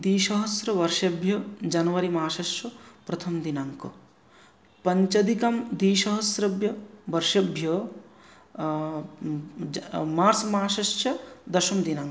द्विसहस्रवर्षभ्यः जनवरी मासस्य प्रथमदिनाङ्कः पञ्चाधिकद्विसहस्रवर्षभ्यः मार्च् मासस्य दशमदिनाङ्कः